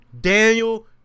Daniel